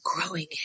growing